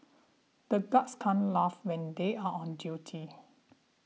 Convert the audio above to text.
the guards can't laugh when they are on duty